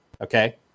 okay